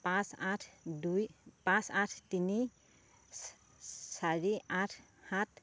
পাঁচ আঠ দুই পাঁচ আঠ তিনি চাৰি আঠ সাত